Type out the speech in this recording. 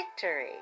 Victory